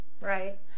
Right